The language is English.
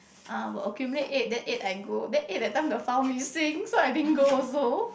uh will accumulate eight then eight I go then eight the time the file missing so I didn't go also